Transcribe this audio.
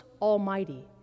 almighty